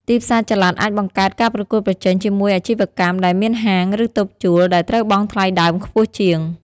ទីផ្សារចល័តអាចបង្កើតការប្រកួតប្រជែងជាមួយអាជីវកម្មដែលមានហាង ឬតូបជួល ដែលត្រូវបង់ថ្លៃដើមខ្ពស់ជាង។